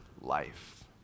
life